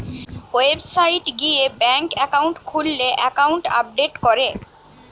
website গিয়ে bank account খুললে account update করে